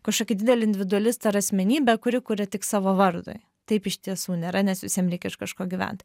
kažkokį didelį individualistą ar asmenybę kuri kuria tik savo vardui taip iš tiesų nėra nes visiem reikia iš kažko gyvent